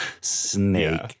snake